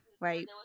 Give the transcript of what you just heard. Right